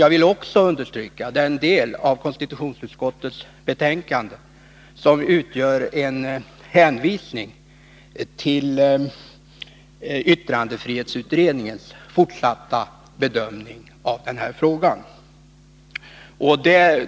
Jag vill vidare peka på konstitutionsutskottets hänvisning till yttrandefrihetsutredningens fortsatta bedömning av den här frågan.